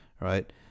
right